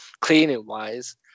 cleaning-wise